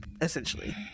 essentially